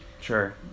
Sure